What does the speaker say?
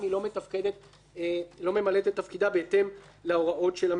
ממלאת את תפקידה בהתאם להוראות הממשלה,